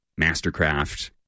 Mastercraft